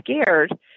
scared